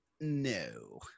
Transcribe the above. no